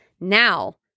Now